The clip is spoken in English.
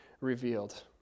revealed